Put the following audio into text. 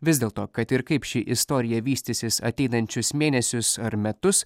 vis dėlto kad ir kaip ši istorija vystysis ateinančius mėnesius ar metus